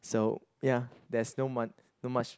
so ya there's no mon not much